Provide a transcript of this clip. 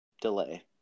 delay